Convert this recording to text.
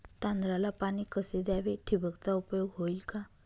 तांदळाला पाणी कसे द्यावे? ठिबकचा उपयोग होईल का?